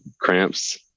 cramps